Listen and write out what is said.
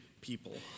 people